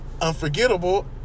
Unforgettable